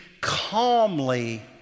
calmly